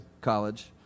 college